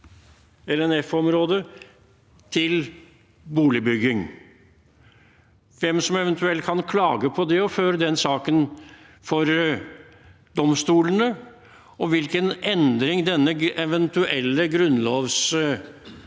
til boligbygging, hvem som eventuelt kan klage på det og føre saken for domstolene, og hvilken endring denne eventuelle grunnlovstilføyelse